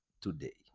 today